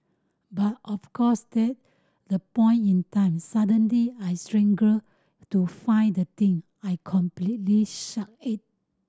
but of course that the point in time suddenly I to find the thing I completely suck at